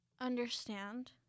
understand